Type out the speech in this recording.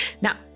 Now